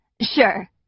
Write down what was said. Sure